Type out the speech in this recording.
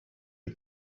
her